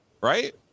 right